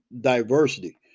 diversity